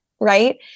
right